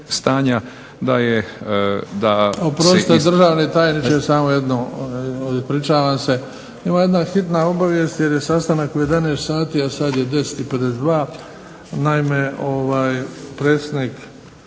Oprostite državni tajniče samo jednu, ispričavam se. Ima jedna hitna obavijest jer je sastanak u 11,00 sati, a sad je 10,52. Naime, predsjednik